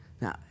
Now